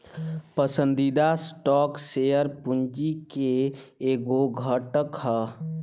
पसंदीदा stock share पूंजी के एगो घटक ह